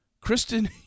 Kristen